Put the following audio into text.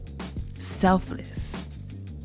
Selfless